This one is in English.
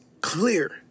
clear